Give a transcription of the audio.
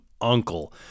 uncle